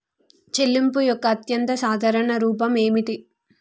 చెల్లింపు యొక్క అత్యంత సాధారణ రూపం ఏమిటి?